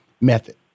method